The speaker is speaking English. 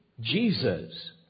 Jesus